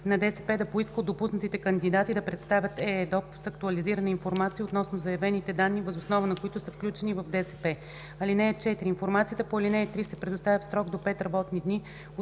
на ДСП да поиска от допуснатите кандидати да представят ЕЕДОП с актуализирана информация относно заявените данни, въз основа на които са включени в ДСП. (4) Информацията по ал. 3 се предоставя в срок до 5 работни дни